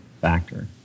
factor